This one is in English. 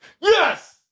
Yes